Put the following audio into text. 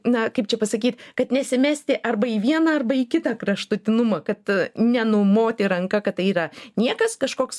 na kaip čia pasakyt kad nesimesti arba į vieną arba į kitą kraštutinumą kad nenumoti ranka kad tai yra niekas kažkoks